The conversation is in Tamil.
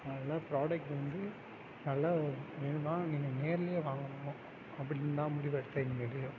அதில் ஃப்ராடக்ட் வந்து நல்லா வேணும்ன்னால் நீங்கள் நேரலேயே வாங்கணும் அப்படினு தான் முடிவு எடுத்தேன் இனிமேல்